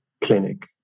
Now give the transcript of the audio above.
clinic